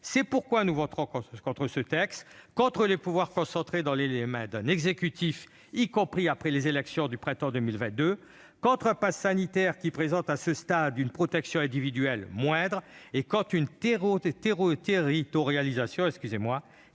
C'est pourquoi nous voterons contre ce texte, contre les pouvoirs concentrés entre les mains de l'exécutif, y compris après les élections du printemps 2022, contre un passe sanitaire qui assure à ce stade une moindre protection individuelle et contre une territorialisation des